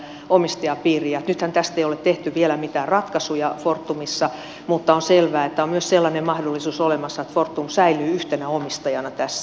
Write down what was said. nythän tästä ei ole tehty vielä mitään ratkaisuja fortumissa mutta on selvää että on myös sellainen mahdollisuus olemassa että fortum säilyy yhtenä omistajana tässä